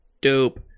Dope